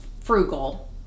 frugal